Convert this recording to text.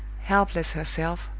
helpless herself,